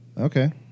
Okay